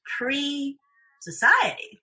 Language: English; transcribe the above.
pre-society